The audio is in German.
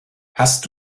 hast